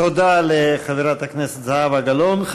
תודה לחברת הכנסת זהבה גלאון.